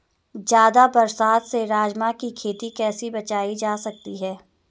ज़्यादा बरसात से राजमा की खेती कैसी बचायी जा सकती है?